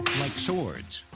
like swords,